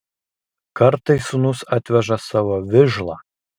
kartais sūnus atveža savo vižlą